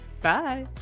Bye